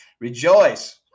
Rejoice